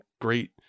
great